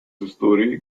историей